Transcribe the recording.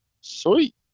Sweet